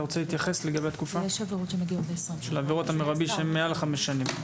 אתה רוצה להתייחס לגבי התקופה של עבירות המירבי שהן מעל חמש שנים?